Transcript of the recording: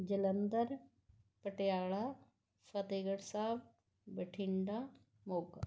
Jalandhar Patiala Fatehgarh Sahib Bathinda Moga